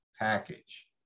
package